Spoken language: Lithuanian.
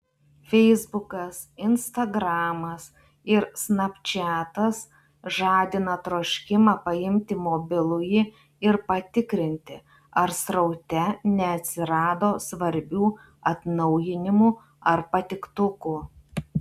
feisbukas instagramas ir snapčiatas žadina troškimą paimti mobilųjį ir patikrinti ar sraute neatsirado svarbių atnaujinimų ar patiktukų